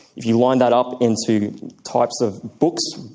if you line that up into types of books,